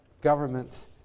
governments